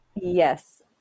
yes